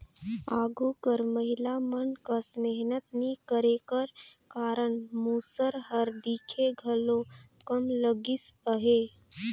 आघु कर महिला मन कस मेहनत नी करे कर कारन मूसर हर दिखे घलो कम लगिस अहे